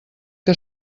que